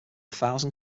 thousand